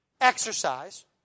exercise